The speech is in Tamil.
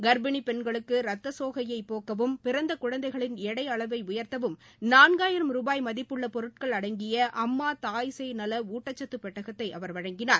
கர்ப்பிணி பெண்களுக்கு ரத்த சோகையை போக்கவும் பிறந்த குழந்தைகளின் எடை அளவை உயர்த்தவும் நான்காயிரம் ரூபாய் மதிப்புள்ள பொருட்கள் அடங்கிய அம்மா தாய்சேய் நல ஊட்டக்கத்து பெட்கத்தை அவர் வழங்கினார்